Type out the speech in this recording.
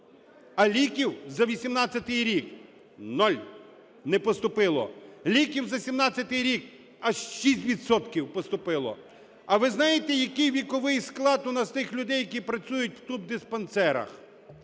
А ліків за 2018 рік – нуль, не поступило. Ліків за 2017 рік аж 6 відсотків поступило. А ви знаєте, який віковий склад у нас тих людей, які працюють в тубдиспансерах?